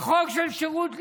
החוק של שירות לאומי.